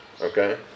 Okay